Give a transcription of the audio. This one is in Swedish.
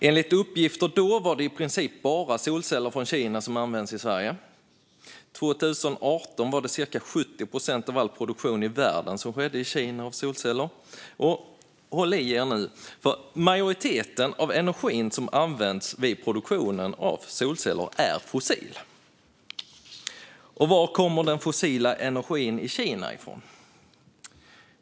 Enligt uppgifter från förra året är det i princip bara solceller från Kina som används i Sverige. År 2018 skedde cirka 70 procent av världens produktion av solceller i Kina. Och håll i er nu, för majoriteten av energin som används vid produktionen av solceller är fossil - och var kommer den fossila energin i Kina ifrån?